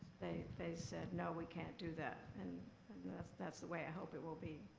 they said, no, we can't do that. and and that's that's the way i hope it will be.